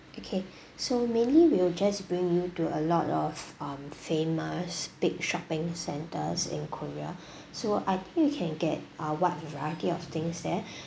okay so mainly we'll just bring you to a lot of um famous big shopping centres in korea so I think you can get a wide variety of things there